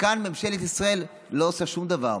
וכאן ממשלת ישראל לא עושה שום דבר,